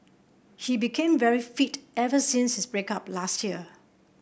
he became very fit ever since his break up last year